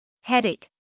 Headache